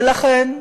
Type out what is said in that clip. ולכן,